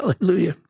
Hallelujah